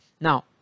Now